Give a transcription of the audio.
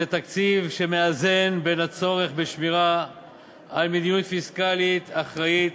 זה תקציב שמאזן את הצורך בשמירה על מדיניות פיסקלית אחראית